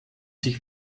sich